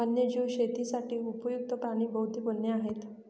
वन्यजीव शेतीसाठी उपयुक्त्त प्राणी बहुतेक वन्य आहेत